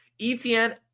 Etn